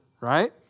right